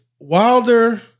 Wilder